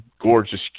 gorgeous